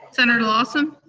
senator lawson?